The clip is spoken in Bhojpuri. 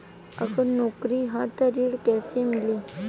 अगर नौकरी ह त ऋण कैसे मिली?